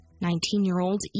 Nineteen-year-old